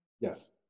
Yes